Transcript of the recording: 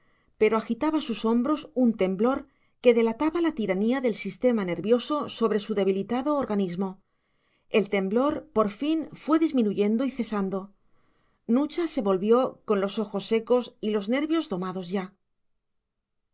pero agitaba sus hombros un temblor que delataba la tiranía del sistema nervioso sobre su debilitado organismo el temblor por fin fue disminuyendo y cesando nucha se volvió con los ojos secos y los nervios domados ya